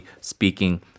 speaking